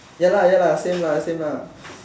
ya lah ya lah same lah same lah